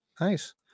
Nice